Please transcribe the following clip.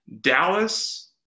Dallas